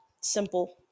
Simple